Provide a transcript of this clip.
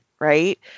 Right